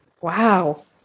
wow